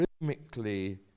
rhythmically